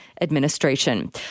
administration